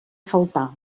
faltar